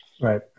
Right